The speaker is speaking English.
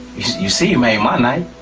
you see you made my night.